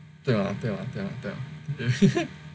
对啊对啊对啊